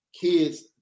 kids